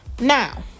now